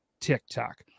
TikTok